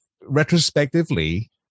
retrospectively